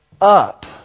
up